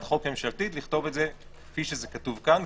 החוק הממשלתית לכתוב את זה כפי שזה כתוב כאן,